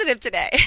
today